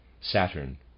Saturn